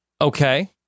okay